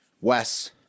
wes